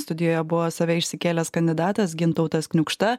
studijoje buvo save išsikėlęs kandidatas gintautas kniukšta